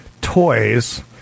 toys